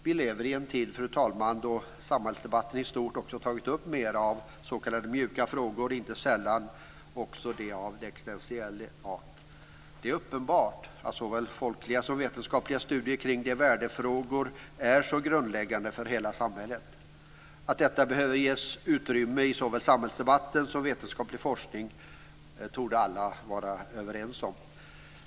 Vi lever, fru talman, i en tid då samhällsdebatten i stort också har tagit upp mer av s.k. mjuka frågor, inte sällan också av existentiell art. Det är uppenbart att såväl folkliga som vetenskapliga studier kring värdefrågorna är grundläggande för hela samhället. Att detta behöver ges utrymme såväl i samhällsdebatten som i vetenskaplig forskning torde alla vara överens om.